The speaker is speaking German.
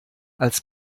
als